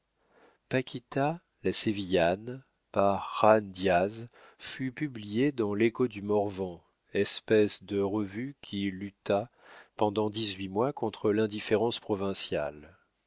paquita la sévillane par jan diaz fut publiée dans l'écho du morvan espèce de revue qui lutta pendant dix-huit mois contre l'indifférence provinciale